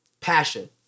passion